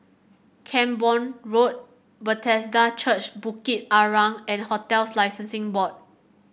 Camborne Road Bethesda Church Bukit Arang and Hotels Licensing Board